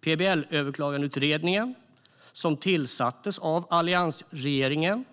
PBL-överklagandeutredningen, som tillsattes av alliansregeringen,